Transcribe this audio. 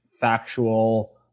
factual